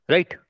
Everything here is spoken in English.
Right